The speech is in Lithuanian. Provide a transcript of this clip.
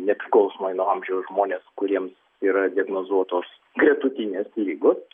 nepriklausomai nuo amžiaus žmonės kuriems yra diagnozuotos gretutinės ligos